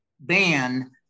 ban